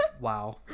Wow